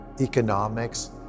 economics